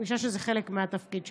אני מרגישה שזה חלק מהתפקיד שלי.